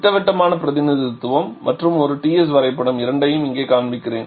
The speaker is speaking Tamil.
திட்டவட்டமான பிரதிநிதித்துவம் மற்றும் ஒரு Ts வரைபடம் இரண்டையும் இங்கே காண்பிக்கிறேன்